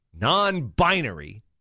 non-binary